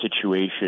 situation